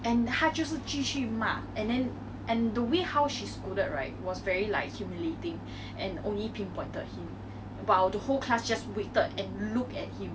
!wah! 对 lor !wah! I really remember that leh she could have took the entire thirty five minutes to teach us something but rather she spent it on